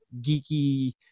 geeky